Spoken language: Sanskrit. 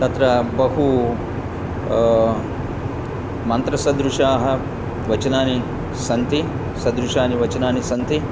तत्र बहु मन्त्रसदृशानि वचनानि सन्ति सदृशानि वचनानि सन्ति